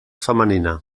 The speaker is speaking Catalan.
femenina